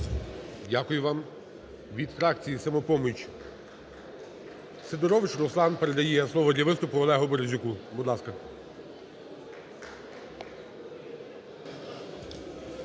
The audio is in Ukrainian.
Дякую вам. Від фракції "Самопоміч" Сидорович Руслан передає слово для виступу Олегу Березюку. Будь ласка.